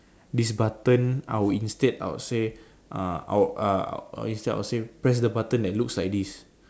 this button I would instead I would say uh I would uh instead I would say press the button that looks like this